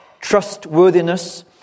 trustworthiness